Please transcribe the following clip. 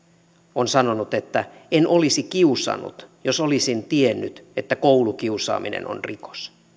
on sanonut että en olisi kiusannut jos olisin tiennyt että koulukiusaaminen on rikos